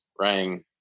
rang